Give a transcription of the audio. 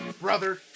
Brother